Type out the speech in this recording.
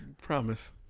Promise